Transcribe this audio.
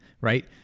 Right